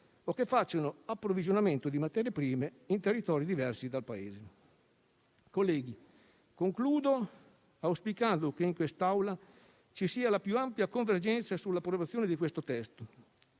o che facciano approvvigionamento di materie prime in territori diversi dal Paese. Colleghi, concludo auspicando che in Assemblea ci sia la più ampia convergenza sull'approvazione del testo